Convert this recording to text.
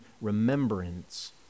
remembrance